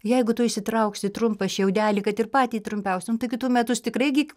jeigu tu išsitrauksi trumpą šiaudelį kad ir patį trumpiausią nu taigi tu metus tikrai gik